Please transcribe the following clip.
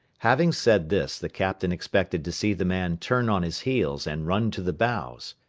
having said this, the captain expected to see the man turn on his heels and run to the bows,